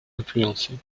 influencé